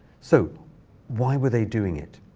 so why were they doing it?